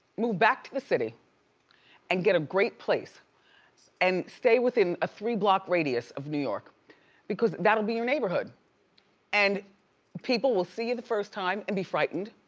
move back to the city and get a great place and stay within a three block radius of new york because that'll be your neighborhood and people will see you the first time and be frightened